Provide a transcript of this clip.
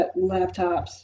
laptops